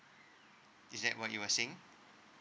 is that what you were saying